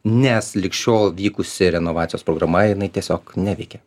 nes lig šiol vykusi renovacijos programa jinai tiesiog neveikė